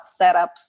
setups